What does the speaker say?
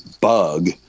bug